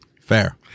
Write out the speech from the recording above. Fair